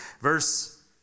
Verse